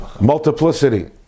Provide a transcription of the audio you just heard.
multiplicity